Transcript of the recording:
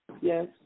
Yes